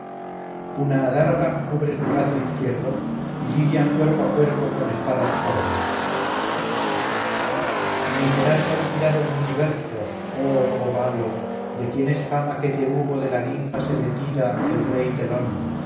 una adarga cubre su brazo izquierdo y lidian cuerpo a cuerpo con espadas corvas ni serás olvidado en mis versos oh obalo de quien es fama que te hubo de la ninfa sebetida el rey telón